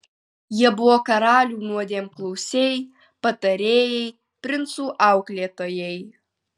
jie buvo karalių nuodėmklausiai patarėjai princų auklėtojai